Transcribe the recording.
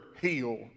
heal